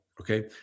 okay